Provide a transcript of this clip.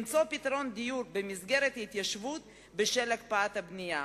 למצוא דיור במסגרת התיישבות בשל הקפאת הבנייה.